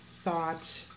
thought